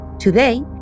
Today